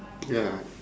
ya